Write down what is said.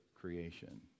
creation